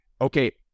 okay